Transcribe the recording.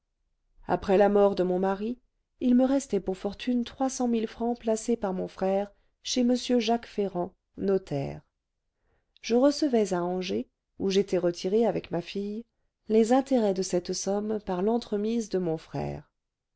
après la mort de mon mari il me restait pour fortune trois cent mille francs placés par mon frère chez m jacques ferrand notaire je recevais à angers où j'étais retirée avec ma fille les intérêts de cette somme par l'entremise de mon frère